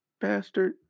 bastard